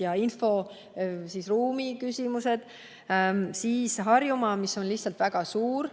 ja inforuumi küsimused –, Harjumaa, mis on lihtsalt väga suur,